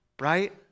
right